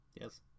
Yes